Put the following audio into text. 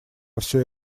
все